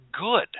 good